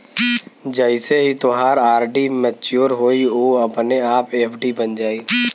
जइसे ही तोहार आर.डी मच्योर होइ उ अपने आप एफ.डी बन जाइ